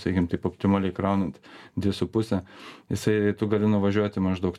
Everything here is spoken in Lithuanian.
sakykim taip optimaliai kraunant dvi su puse jisai tu gali nuvažiuoti maždaug